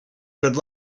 good